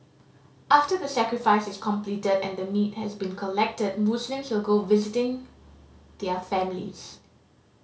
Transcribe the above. after the sacrifice is completed and the meat has been collected Muslims will go visiting their families